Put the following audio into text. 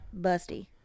busty